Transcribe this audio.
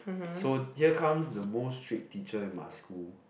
so here comes the most strict teacher in my school